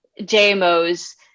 JMOs